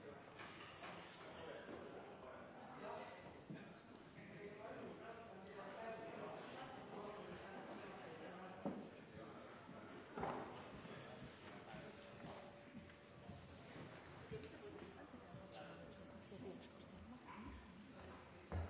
bedriften som vi skal